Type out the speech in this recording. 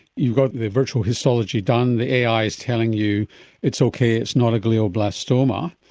you've got the virtual histology done, the ai is telling you it's okay, it's not a glioblastoma,